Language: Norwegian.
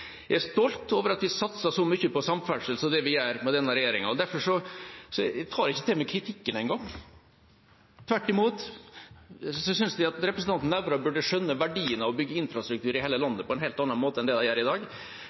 Jeg er stolt over at vi satser så mye på samferdsel som vi gjør med denne regjeringa. Derfor tar jeg ikke til meg kritikken engang. Tvert imot synes jeg at representanten Nævra og SV burde skjønne verdien av å bygge infrastruktur i hele landet, på en helt annen måte enn det de gjør i dag.